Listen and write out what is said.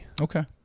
Okay